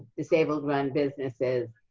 disabled-run businesses,